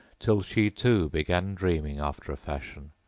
till she too began dreaming after a fashion,